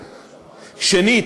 שנית,